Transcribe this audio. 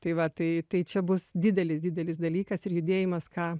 tai va tai tai čia bus didelis didelis dalykas ir judėjimas ką